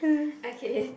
okay